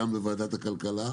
גם בוועדת הכלכלה,